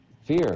Fear